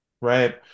Right